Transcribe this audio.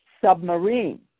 submarine